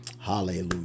Hallelujah